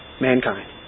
mankind